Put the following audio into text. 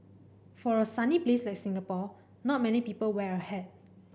for a sunny place like Singapore not many people wear a hat